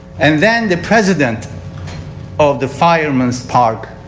and then the president of the firemen's park